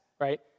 right